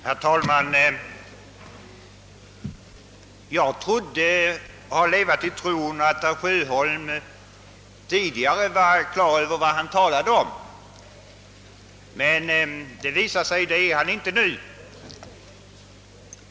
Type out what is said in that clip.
Herr talman! Jag har levat i den tron tidigare, att herr Sjöholm visste vad han talade om, men nu visar det sig att han inte gör det.